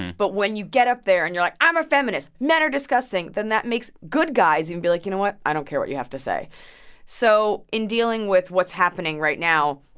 but when you get up there and you're like, i'm a feminist, men are disgusting, then that makes good guys even and be like, you know what? i don't care what you have to say so in dealing with what's happening right now,